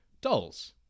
dolls